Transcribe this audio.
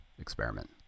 experiment